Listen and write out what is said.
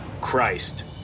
Christ